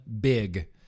big